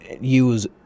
use